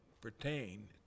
pertain